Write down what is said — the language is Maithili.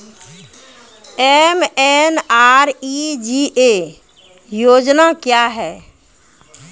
एम.एन.आर.ई.जी.ए योजना क्या हैं?